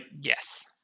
yes